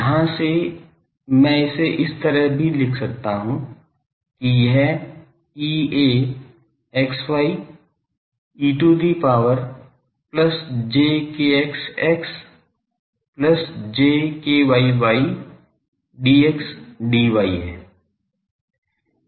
यहाँ से मैं इसे इस तरह भी लिख सकता हूँ कि यह Ea e to the power plus j kx x plus j ky y dxdy है